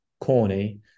corny